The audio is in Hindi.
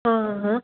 हाँ